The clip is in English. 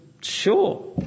sure